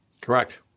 Correct